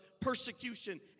persecution